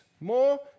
more